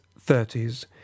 thirties